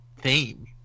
theme